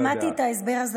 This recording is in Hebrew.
אני שמעתי את ההסבר הזה.